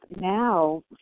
now